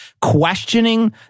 questioning